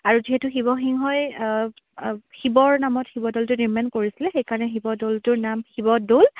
আৰু যিহেতু শিৱসিংহই শিৱৰ নামত শিৱদ'লটো নিৰ্মাণ কৰিছিলে সেইকাৰণে শিৱদ'লটোৰ নাম শিৱদ'ল